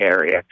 area